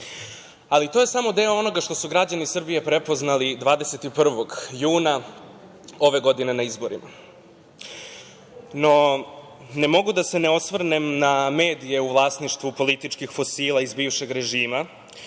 polju. To je samo deo onoga što su građani Srbije prepoznali 21. juna ove godine na izborima. No, ne mogu da se ne osvrnem na medije u vlasništvu političkih fosila iz bivšeg režima